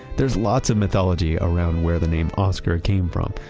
there's lots of mythology around where the name oscar came from.